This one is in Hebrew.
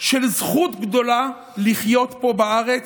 שזו זכות גדולה לחיות פה בארץ,